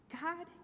god